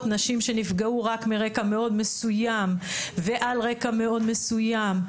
נשים שנפגעו שהן רק מרקע מאוד מסוים ועל רקע מאוד מסוים.